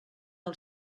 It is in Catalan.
del